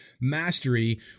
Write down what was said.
mastery